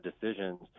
decisions